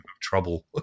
trouble